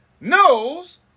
knows